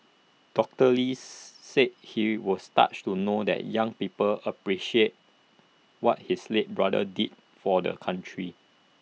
doctor lee said he was touched to know that young people appreciate what his late brother did for the country